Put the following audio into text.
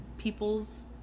people's